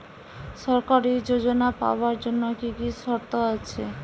সরকারী যোজনা পাওয়ার জন্য কি কি শর্ত আছে?